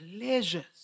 pleasures